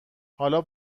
حالا